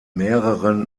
mehreren